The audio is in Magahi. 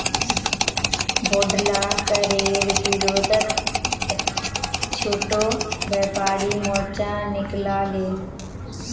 बोढ़ला करेर विरोधत छोटो व्यापारी मोर्चा निकला ले